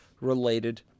related